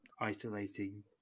isolating